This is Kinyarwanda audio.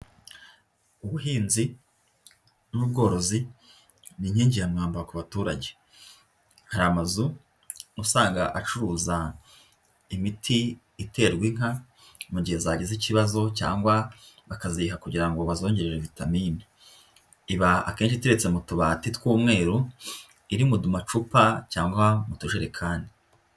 Ubuhinzi n'ubworozi ni inkingi ya mwamba ku baturage, hari amazu usanga acuruza imiti iterwa inka mu gihe zagize ikibazo cyangwa bakaziyiha kugira ngo bazongere vitamine, iba akenshi iteretse mu tubati tw'umweru iri mu macupa cyangwa mu tujerekani.